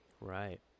Right